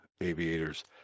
aviators